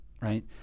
right